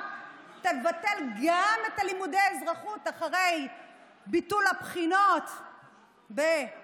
תבטל גם את לימודי האזרחות אחרי ביטול הבחינות בתנ"ך,